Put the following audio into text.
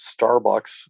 Starbucks